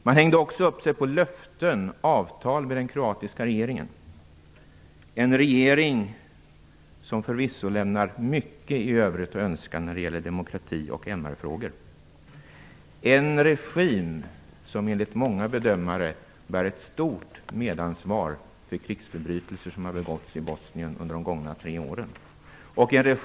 Man hängde också upp sig på löften från och avtal med den kroatiska regeringen, en regering som förvisso lämnar mycket övrigt att önska när det gäller demokrati och MR-frågor. Det gäller en regim som enligt många bedömare bär ett medansvar för krigsförbrytelser som har begåtts i Bosnien under de gångna tre åren.